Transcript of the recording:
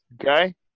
Okay